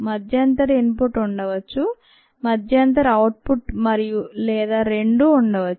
మధ్యంతర input ఉండవచ్చు మధ్యంతర అవుట్ పుట్ మరియు లేదా రెండూ ఉండవచ్చు